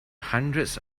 hundreds